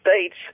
States